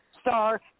star